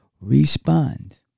respond